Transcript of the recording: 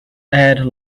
add